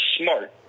smart